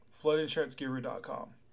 floodinsuranceguru.com